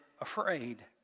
afraid